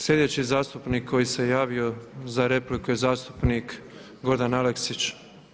Sljedeći zastupnik koji se javio za repliku je zastupnik Goran Aleksić.